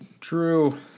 True